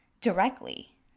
directly